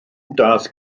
daeth